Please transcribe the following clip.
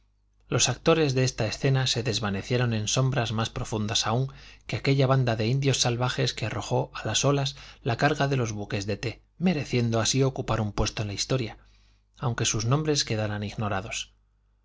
los actores de esta escena se desvanecieron en sombras más profundas aún que aquella banda de indios salvajes que arrojó a las olas la carga de los buques de te mereciendo así ocupar un puesto en la historia aunque sus nombres quedaran ignorados